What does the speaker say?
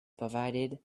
provided